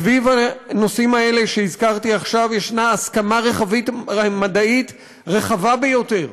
סביב הנושאים האלה שהזכרתי עכשיו יש הסכמה מדעית רחבה ביותר,